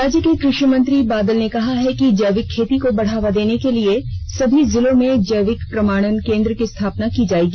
राज्य के कृषि मंत्री बादल ने कहा है कि जैविक खेती को बढ़ावा देने के लिए सभी जिलों में जैविक प्रमाणन केंद्र की स्थापना की जाएगी